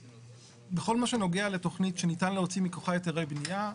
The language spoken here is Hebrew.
בכל מה שנוגע לתכנית שניתן להוציא מכוחה היתרי בנייה,